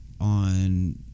on